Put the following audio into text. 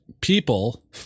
People